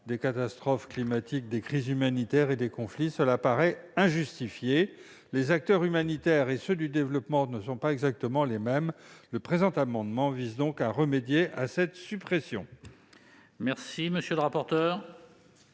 des catastrophes climatiques, des crises humanitaires et des conflits, une telle suppression paraît injustifiée. Les acteurs humanitaires et ceux du développement ne sont pas exactement les mêmes. Le présent amendement vise donc à remédier à cette suppression.